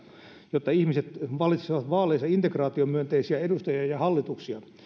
jotta ihmiset valitsisivat vaaleissa integraatiomyönteisiä edustajia ja ja hallituksia